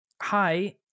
hi